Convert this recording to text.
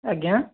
ଆଜ୍ଞା